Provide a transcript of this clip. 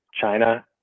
China